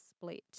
split